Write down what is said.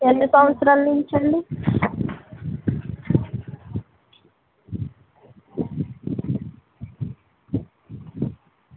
ఎన్ని సంవత్సరాలనుంచండి